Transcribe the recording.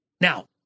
Now